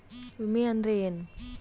ವಿಮೆ ಅಂದ್ರೆ ಏನ?